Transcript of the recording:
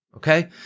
Okay